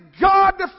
God